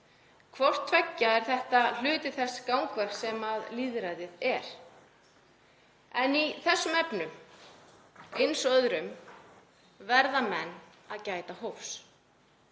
Hvort tveggja er hluti þess gangverks sem lýðræðið er. En í þessum efnum, eins og öðrum, verða menn að gæta hófs.